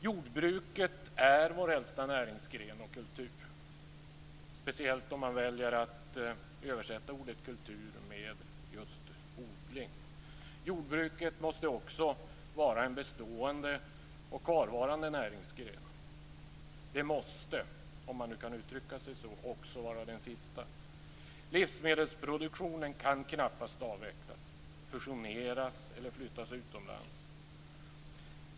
Jordbruket är vår äldsta näringsgren och kultur, speciellt om man väljer att översätta ordet kultur med just odling. Jordbruket måste också vara en bestående och kvarvarande näringsgren. Det måste, om man nu kan uttrycka sig så, också vara den sista. Livsmedelsproduktionen kan knappast avvecklas, fusioneras eller flyttas utomlands.